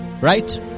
Right